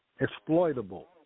exploitable